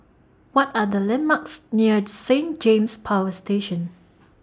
What Are The landmarks near Saint James Power Station